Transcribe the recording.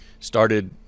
started